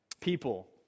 people